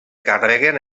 carreguen